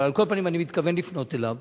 אבל על כל פנים אני מתכוון לפנות אליו